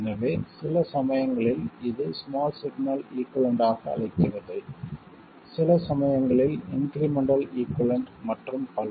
எனவே சில சமயங்களில் இது ஸ்மால் சிக்னல் ஈகுய்வலன்ட் ஆக அழைக்கிறது சில சமயங்களில் இன்க்ரிமெண்ட்டல் ஈகுய்வலன்ட் மற்றும் பல